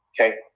Okay